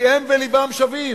הרחובות בוערים, הכבישים חסומים,